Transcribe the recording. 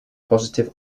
positive